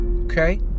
Okay